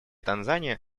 танзания